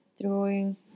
throwing